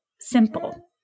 simple